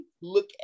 look